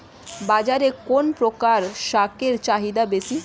বাজারে কোন প্রকার শাকের চাহিদা বেশী?